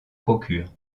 procure